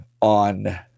on